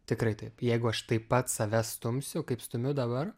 tikrai taip jeigu aš taip pat save stumsiu kaip stumiu dabar